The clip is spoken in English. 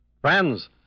Friends